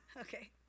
Okay